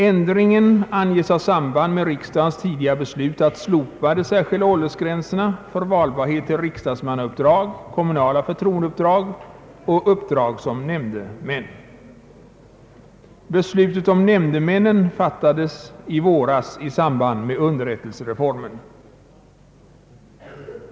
Ändringen anges ha samband med riksdagens tidigare beslut att slopa de särskilda åldersgränserna för valbarhet till riksdagsmannauppdrag, kommunala förtroendeuppdrag och uppdrag som nämndemän. Beslutet om nämndemännen fattades i våras i samband med underrättsreformen.